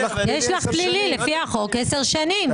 יש לך פלילי לפי החוק עשר שנים.